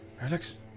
Alex